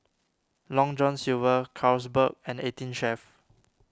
Long John Silver Carlsberg and eighteen Chef